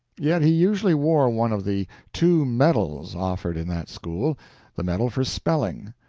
yet he usually wore one of the two medals offered in that school the medal for spelling.